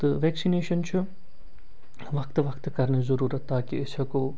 تہٕ وٮ۪کسِنیشَن چھُ وَقتہٕ وَقتہٕ کَرنٕچ ضٔروٗرت تاکہِ أسۍ ہٮ۪کو